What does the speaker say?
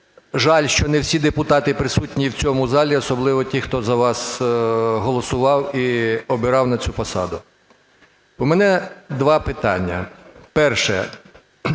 жаль, що не всі депутати присутні в цьому залі, особливо ті, хто за вас голосував і обирав на цю посаду. У мене два питання. Перше.